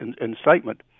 incitement